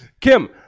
kim